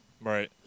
Right